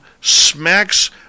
smacks